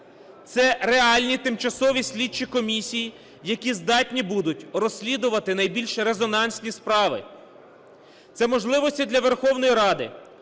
це реальні Тимчасові слідчі комісії, які здатні будуть розслідувати найбільш резонансні справи, це можливості для Верховної Ради,